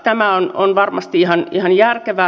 tämä on varmasti ihan järkevää